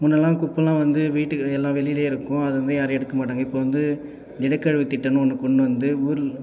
முன்னெல்லாம் குப்பை எல்லாம் வந்து வீட்டுக்கு எல்லாம் வெளிலேயே இருக்கும் அது வந்து யாரும் எடுக்கமாட்டாங்க இப்போ வந்து திடக்கழிவு திட்டமுன்னு ஒன்று கொண்டு வந்து ஊரில்